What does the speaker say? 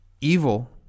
evil